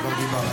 את כבר דיברת.